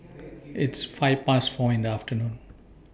its five Past four in The afternoon